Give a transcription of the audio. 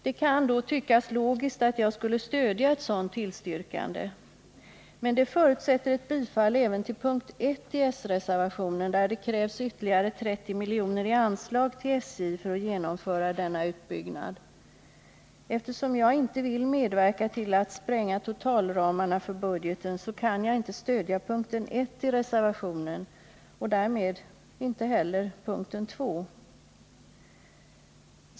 Det kan tyckas logiskt att jag skulle stödja ett sådant tillstyrkande. Men det förutsätter ett bifall även till s-reservationen under mom. 1, där det krävs ytterligare 30 miljoner i anslag till SJ för att denna utbyggnad skall kunna genomföras. Eftersom jag inte vill medverka till att spränga totalramarna för budgeten, kan jag inte stödja reservationen under mom. I och därmed inte heller reservationen till mom. 2.